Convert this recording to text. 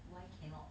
why cannot